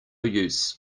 use